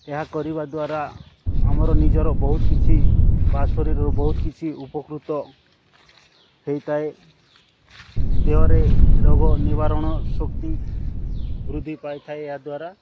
ଏହା କରିବା ଦ୍ୱାରା ଆମର ନିଜର ବହୁତ କିଛି ବା ଶରୀରର ବହୁତ କିଛି ଉପକୃତ ହୋଇଥାଏ ଦେହରେ ରୋଗ ନିବାରଣ ଶକ୍ତି ବୃଦ୍ଧି ପାଇଥାଏ ଏହା ଦ୍ଵାରା